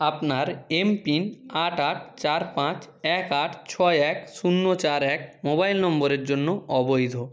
আপনার এমপিন আট আট চার পাঁচ এক আট ছয় এক শূন্য চার এক মোবাইল নম্বরের জন্য অবৈধ